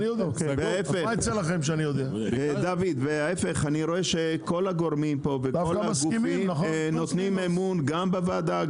מה גם שאני רואה שכל הגורמים כאן וכל הגופים נותנים אמון גם בוועדה,